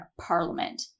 parliament